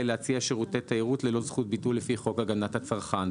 להציע שירותי תיירות ללא זכות ביטול לפי חוק הגנת הצרכן,